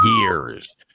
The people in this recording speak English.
years